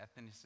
ethnicity